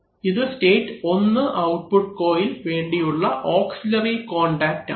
ഇത് state 1 output coil വേണ്ടിയുള്ള auxiliary contact ആണ്